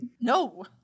No